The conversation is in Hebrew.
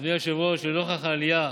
אדוני היושב-ראש, לנוכח העלייה